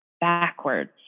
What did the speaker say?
backwards